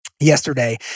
yesterday